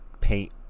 paint